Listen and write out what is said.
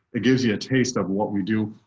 it gives you a taste of what we do.